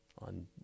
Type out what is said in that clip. on